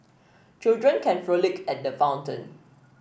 children can frolic at the fountain